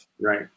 Right